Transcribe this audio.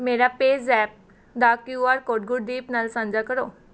ਮੇਰਾ ਪੇਜ਼ੈਪ ਦਾ Q R code Gurdeep ਨਾਲ ਸਾਂਝਾ ਕਰੋ